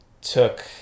took